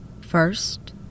First